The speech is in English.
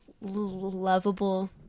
lovable